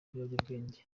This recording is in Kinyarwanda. ibiyobyabwenge